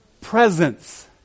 presence